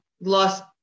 lost